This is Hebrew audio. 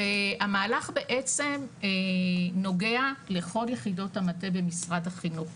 והמהלך בעצם נוגע לכל יחידות המטה במשרד החינוך.